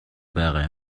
байгаа